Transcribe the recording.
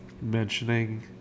mentioning